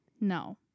No